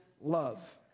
love